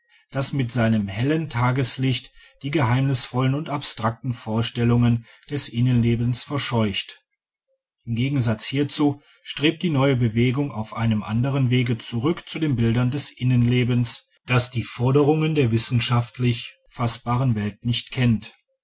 das mit seinem hellen tageslichte die geheimnisvollen und abstrakten vorstellungen des innenlebens verscheucht im gegensatz hierzu strebt die neue bewegung auf einem anderen wege zurück zu den bildern des innenlebens das die forderungen der wissenschaftlich faßbaren welt nicht kennt